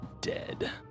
dead